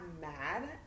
mad